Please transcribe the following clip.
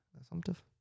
Assumptive